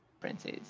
princes